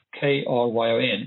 K-R-Y-O-N